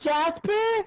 Jasper